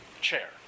chair